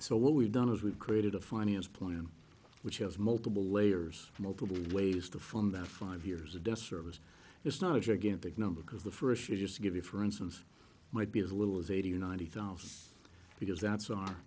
so what we've done is we've created a fine as a plan which has multiple layers for multiple ways to fund that five years of debt service is not a gigantic number because the first is just to give you for instance might be as little as eighty or ninety thousand because that's our